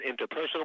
interpersonal